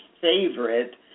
favorite